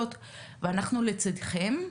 ואנחנו לצדכם.